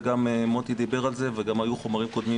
וגם מוטי דיבר על זה וגם היו חומרים קודמים,